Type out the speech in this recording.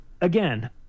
again